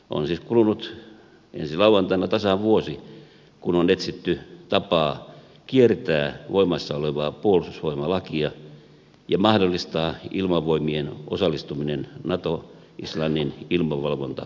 on siis kulunut ensi lauantaina tasan vuosi kun on etsitty tapaa kiertää voimassa olevaa puolustusvoimalakia ja mahdollistaa ilmavoimien osallistuminen naton islannin ilmavalvontaoperaatioon